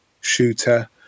shooter